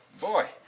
boy